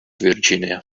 virginia